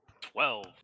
Twelve